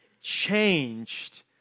changed